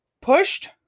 pushed